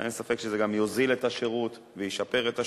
אין ספק שזה גם יוזיל את השירות וישפר את השירות,